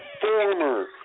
former